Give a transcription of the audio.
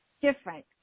different